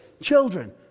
Children